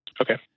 Okay